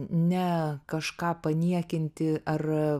ne kažką paniekinti ar